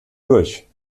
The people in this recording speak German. durch